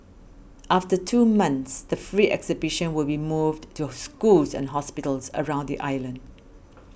after two months the free exhibition will be moved to schools and hospitals around the island